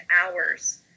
hours